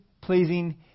pleasing